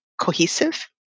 cohesive